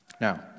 Now